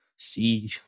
see